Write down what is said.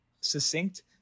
succinct